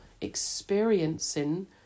experiencing